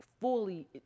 fully